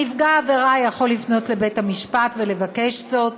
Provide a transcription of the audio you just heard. נפגע העבירה יכול לפנות לבית-המשפט ולבקש זאת,